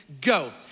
go